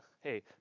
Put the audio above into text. Hey